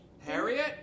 Harriet